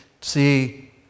see